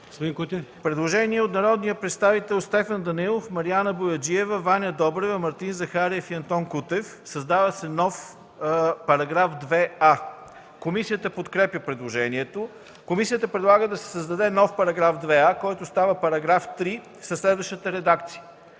предложение от народните представители Стефан Данаилов, Мариана Бояджиева, Ваня Добрева, Мартин Захариев и Антон Кутев за създаване на нов § 5а. Комисията подкрепя предложението. Комисията предлага да се създаде нов § 5а, който става § 7 със следната редакция: